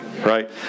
right